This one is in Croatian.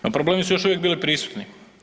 No, problemi su još uvijek bili prisutni.